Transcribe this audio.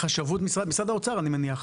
חשבות, משרד האוצר, אני מניח.